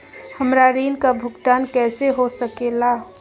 हमरा ऋण का भुगतान कैसे हो सके ला?